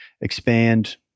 expand